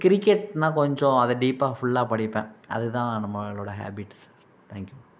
cricket நான் கொஞ்சம் அதை டீப்பாக ஃபுல்லாக படிப்பேன் அது தான் நம்மளோட ஹேபிட்ஸ் தேங்க் யூ